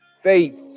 Faith